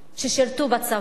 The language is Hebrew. ששירתו בצבא.